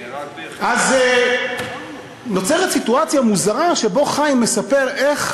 שנהרג אז נוצרת סיטואציה מוזרה שבה חיים מספר איך